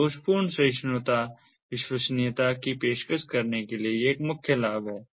तो दोषपूर्ण सहिष्णुता विश्वसनीयता की पेशकश करने के लिए यह मुख्य लाभ है